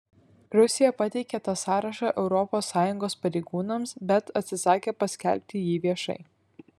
rusija pateikė tą sąrašą europos sąjungos pareigūnams bet atsisakė paskelbti jį viešai